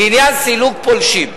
לעניין סילוק פולשים,